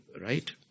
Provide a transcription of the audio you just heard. right